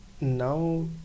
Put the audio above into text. now